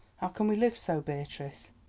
how can we live so, beatrice?